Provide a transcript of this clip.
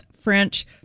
French